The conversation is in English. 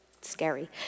scary